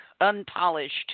unpolished